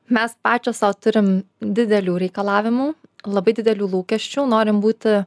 mes pačios sau turim didelių reikalavimų labai didelių lūkesčių norim būti